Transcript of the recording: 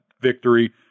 victory